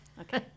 Okay